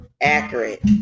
accurate